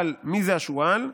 אבל מי זה השועל?